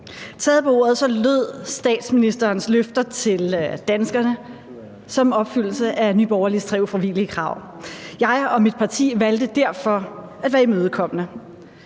Taget på ordet lød statsministerens løfter til danskerne som en opfyldelse af Nye Borgerliges tre ufravigelige krav. Jeg og mit parti valgte derfor at være imødekommende